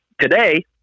today